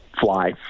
fly